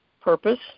Purpose